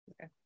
Okay